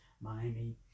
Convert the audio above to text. Miami